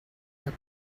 are